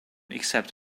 except